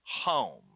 home